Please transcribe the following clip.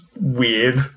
weird